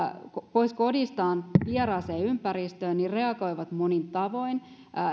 pois kodistaan vieraaseen ympäristöön reagoivat monin tavoin